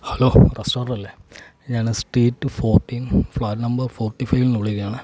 hello റസ്റ്റോറൻറ്റല്ലേ ഞാൻ street fourteen flat number forty ഫൈവിൽ നിന്നു വിളിക്കുകയാണേ